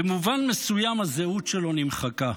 במובן מסוים הזהות שלו נמחקה,